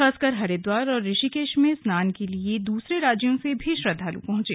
खासकर हरिद्वार और ऋषिकेश में स्नान के लिए दूसरे राज्यों से भी श्रद्वालु पहुंचे